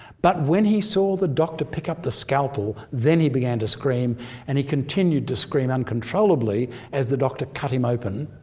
but when he saw the doctor pick up the scalpel then he began to scream and he continued to scream uncontrollably as the doctor cut him open.